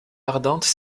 ardentes